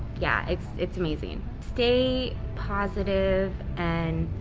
yeah. it's it's amazing. stay positive and